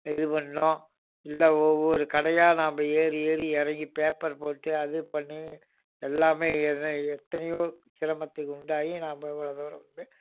இது பண்ணிணோம் இல்லை ஒவ்வொரு கடையாக நாம் ஏறி ஏறி இறங்கி பேப்பர் போட்டு அது பண்ணி எல்லாமே எத்தனையோ சிரமத்துக்கு உண்டாகி நாம் இவ்வளோ தூரம் வந்து